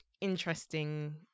interesting